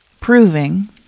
proving